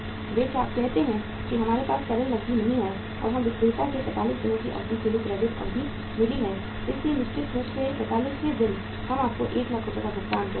वे कहते हैं कि हमारे पास तरल नकदी नहीं है और हमें विक्रेता से 45 दिनों की अवधि के लिए क्रेडिट अवधि मिली है इसलिए निश्चित रूप से 45 वें दिन हम आपको 1 लाख रुपये का भुगतान करेंगे